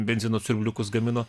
benzino siurbliukus gamino